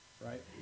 right